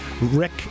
Rick